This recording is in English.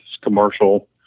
commercial